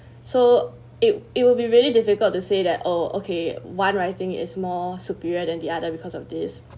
so it it will be really difficult to say that oh okay one writing is more superior than the other because of this